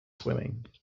swimming